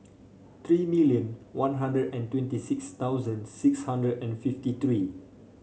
three million One Hundred and twenty six thousand six hundred and fifty three